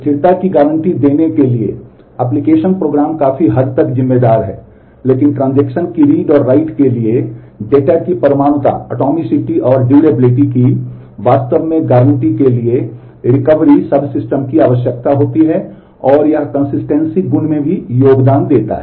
स्थिरता गुण में भी योगदान देता है